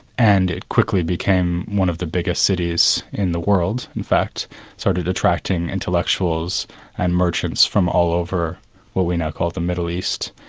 and it quickly became one of the bigger cities in the world. in fact, it started attracting intellectuals and merchants from all over what we now call the middle east,